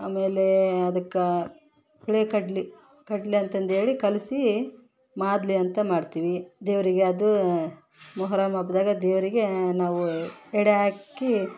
ಆಮೇಲೆ ಅದಕ್ಕೆ ಹುರಿ ಕಡ್ಲೆ ಕಡಲೆ ಅಂತಂದೇಳಿ ಕಲಸಿ ಮಾದಲಿ ಅಂತ ಮಾಡ್ತೀವಿ ದೇವರಿಗೆ ಅದು ಮೊಹರಂ ಹಬ್ದಾಗ ದೇವರಿಗೆ ನಾವು ಎಡೆ ಹಾಕಿ